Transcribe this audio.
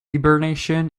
hibernation